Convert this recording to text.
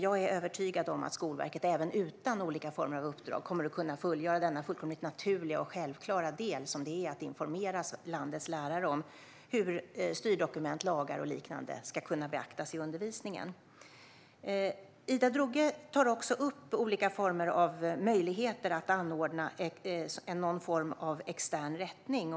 Jag är övertygad om att Skolverket även utan olika former av uppdrag kommer att kunna fullgöra den fullkomligt naturliga och självklara del som det innebär att informera landets lärare om hur styrdokument, lagar och liknande ska kunna beaktas i undervisningen. Ida Drougge tar också upp olika möjligheter att anordna någon form av extern rättning.